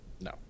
no